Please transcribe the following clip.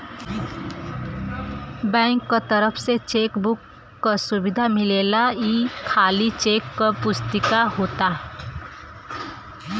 bank क तरफ से चेक बुक क सुविधा मिलेला ई खाली चेक क पुस्तिका होला